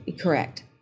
Correct